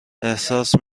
احساس